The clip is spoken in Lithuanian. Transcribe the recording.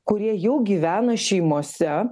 kurie jau gyvena šeimose